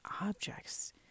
objects